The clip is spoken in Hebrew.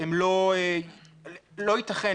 לא ייתכן,